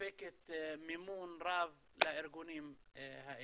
שמספקת מימון רב לארגונים האלה.